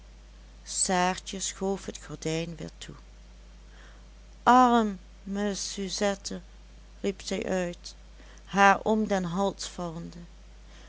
saartje schoof het gordijn weer toe arme suzette riep zij uit haar om den hals vallende